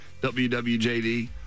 WWJD